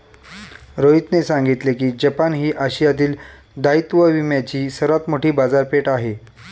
रोहितने सांगितले की जपान ही आशियातील दायित्व विम्याची सर्वात मोठी बाजारपेठ आहे